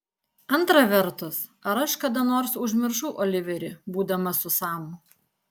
antra vertus ar aš kada nors užmiršau oliverį būdama su samu